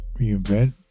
Reinvent